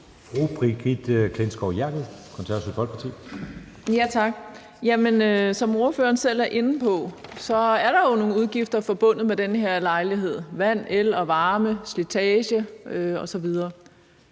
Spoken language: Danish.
Brigitte Klintskov Jerkel (KF): Tak. Som ordføreren selv er inde på, er der jo nogle udgifter forbundet med den her lejlighed: vand, el, varme, slitage osv.